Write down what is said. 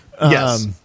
Yes